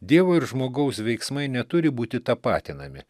dievo ir žmogaus veiksmai neturi būti tapatinami